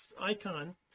icon